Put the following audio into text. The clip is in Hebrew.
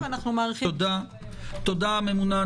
תודה, הממונה.